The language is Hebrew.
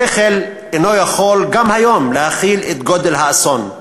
השכל אינו יכול גם היום להכיל את גודל האסון,